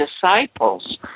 disciples